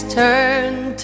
turned